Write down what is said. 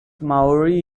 maori